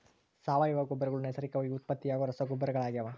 ಸಾವಯವ ಗೊಬ್ಬರಗಳು ನೈಸರ್ಗಿಕವಾಗಿ ಉತ್ಪತ್ತಿಯಾಗೋ ರಸಗೊಬ್ಬರಗಳಾಗ್ಯವ